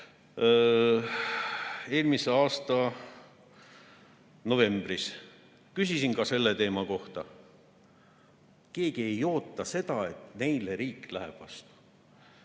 Eelmise aasta novembris küsisin ka selle teema kohta. Keegi ei oota seda, et riik neile vastu